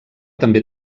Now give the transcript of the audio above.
també